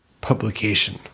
publication